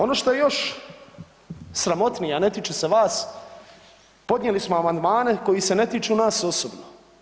Ono što je još sramotnije, a ne tiče se vas podnijeli smo amandmane koji se ne tiču nas osobno.